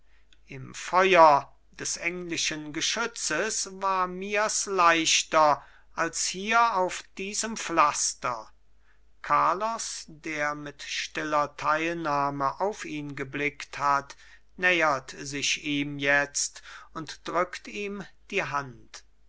im feuer des englischen geschützes war mirs leichter als hier auf diesem pflaster carlos der mit stiller teilnahme auf ihn geblickt hat nähert sich ihm jetzt und drückt ihm die hand